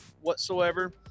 whatsoever